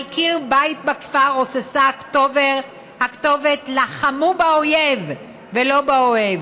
על קיר של בית בכפר רוססה הכתובת: לחמו באויב ולא באוהב,